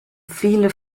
viele